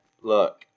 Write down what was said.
Look